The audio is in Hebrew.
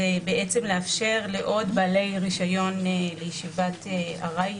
הוא לאפשר לעוד בעלי רישיון לישיבת עראי